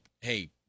Hey